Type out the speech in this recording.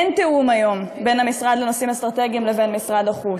אין היום תיאום בין המשרד לנושאים אסטרטגיים לבין משרד החוץ,